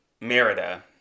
merida